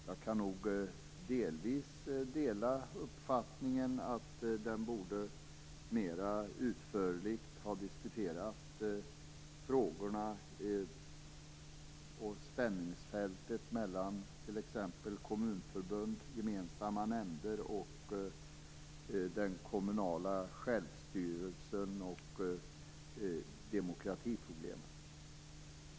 Jag kan delvis ansluta mig till uppfattningen att den mera utförligt borde ha diskuterat t.ex. spänningsfältet mellan kommunförbund, gemensamma nämnder och den kommunala självstyrelsen och demokratiproblemen.